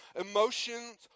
Emotions